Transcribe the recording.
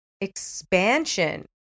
expansion